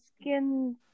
skin